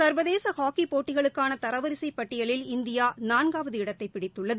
சா்வதேச ஹாக்கிப் போட்டிகளுக்கான தர வரிசைப் பட்டியலில் இந்தியா நாள்காவது இடத்தைப் பிடித்துள்ளது